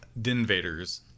Dinvaders